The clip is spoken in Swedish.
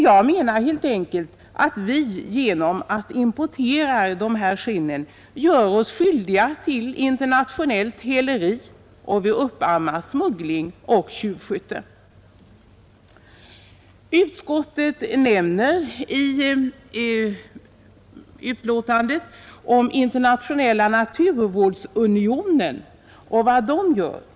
Jag anser helt enkelt att vi genom att importera dessa skinn gör oss skyldiga till internationellt häleri och att vi uppammar smuggling och tjuvskytte. Utskottet nämner i betänkandet vad internationella djurvårdsunionen gör.